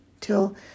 till